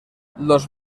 los